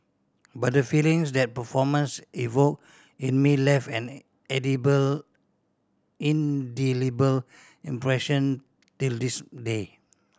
but the feelings that performance evoke in me left an indelible impression till this day